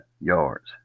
yards